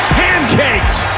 pancakes